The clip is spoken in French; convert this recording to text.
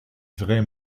vrai